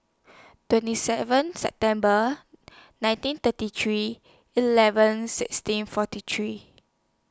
twenty seven September nineteen thirty three eleven sixteen forty three